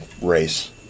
race